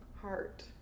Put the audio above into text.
Heart